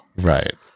Right